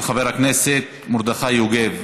של חבר הכנסת מרדכי יוגב.